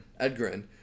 Edgren